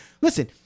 listen